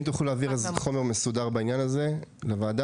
אם תוכלו להעביר חומר מסודר בעניין הזה לוועדה.